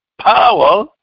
power